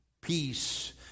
Peace